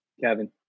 Kevin